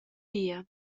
via